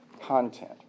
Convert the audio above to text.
content